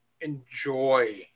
enjoy